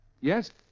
Yes